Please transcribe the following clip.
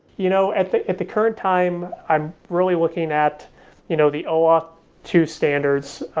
you know at the at the current time, i'm really looking at you know the oauth two standards.